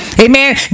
Amen